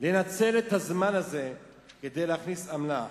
לנצל את הזמן הזה כדי להכניס אמל"ח.